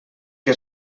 que